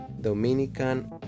Dominican